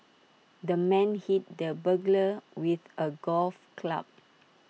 the man hit the burglar with A golf club